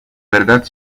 verdad